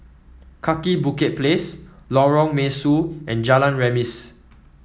Kaki Bukit Place Lorong Mesu and Jalan Remis